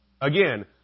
again